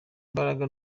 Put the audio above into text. imbaraga